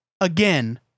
again